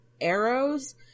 arrows